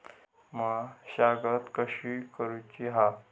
मशागत कशी करूची हा?